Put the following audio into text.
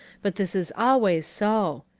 but this is always so.